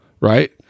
right